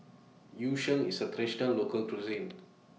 Yu Sheng IS A Local Cuisine